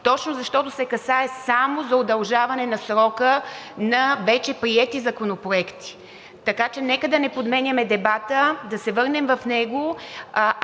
точно защото се касае само за удължаване на срока на вече приет законопроект. Така че нека да не подменяме дебата, да се върнем в него,